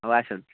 ହଉ ଆସନ୍ତୁ